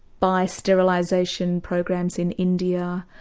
by sterilisation programs in india,